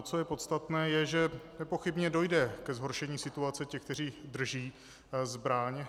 Co je podstatné, je, že nepochybně dojde ke zhoršení situace těch, kteří drží zbraň.